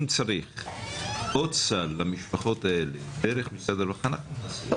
אם צריך עוד סל למשפחות האלה דרך משרד הרווחה אנחנו נעשה את זה.